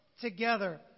together